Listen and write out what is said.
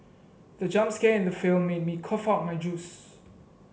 the jump scare in the film made me cough of my juice